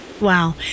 Wow